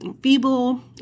feeble